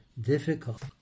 Difficult